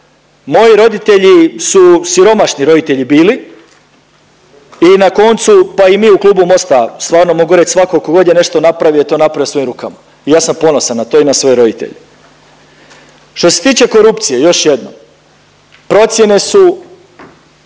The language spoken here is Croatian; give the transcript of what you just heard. Moji roditelji su siromašni roditelji bili i na koncu, pa i mi u Klubu Mosta stvarno mogu reć svako ko god je nešto napravio je to napravio svojim rukama i ja sam ponosan na to i na svoje roditelje. Što se tiče korupcije još jednom, procijene su